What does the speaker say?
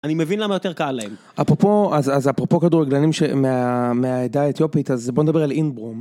אני מבין למה יותר קר להם. אפרופו, אז אפרופו כדורגלנים מהעדה האתיופית, אז בואו נדבר על אינברום.